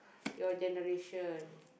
your generation